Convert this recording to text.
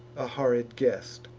a horrid guest.